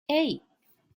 hey